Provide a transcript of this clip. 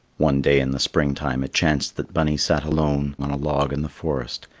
one day in the springtime it chanced that bunny sat alone on a log in the forest,